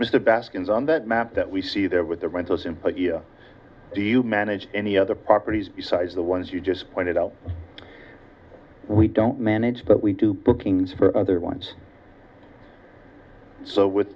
the baskins on that map that we see there with the rentals and do you manage any other properties besides the ones you just pointed out we don't manage but we do bookings for other ones so with